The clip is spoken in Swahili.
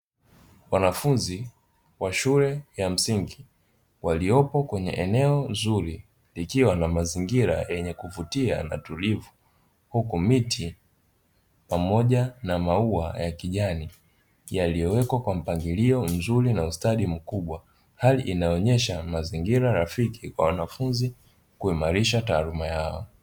Wanafunzi wa shule ya msingi, waliopo kwenye eneo zuri, likiwa na mazingira yenye kuvutia na tulivu. Huku miti pamoja na maua ya kijani yaliyowekwa kwa mpangilio mzuri na ustadi mkubwa. Hali inaonyesha mazingira rafiki kwa wanafunzi kuimarisha taaluma yao.